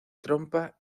trompa